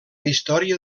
història